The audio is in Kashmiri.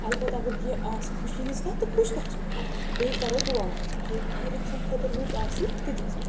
البتہ اگر کیٚنٛہہ آسہِ خوشی ہِنٛز کَتھ تہٕ خوش گژھو بیٚیہِ کَرو دُعا کہِ یہِ أمۍ سٕنٛدۍ خٲطرٕ رُت آسی تہِ دِس